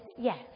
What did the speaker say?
yes